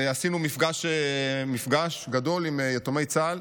ועשינו מפגש גדול עם יתומי צה"ל.